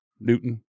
Newton